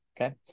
Okay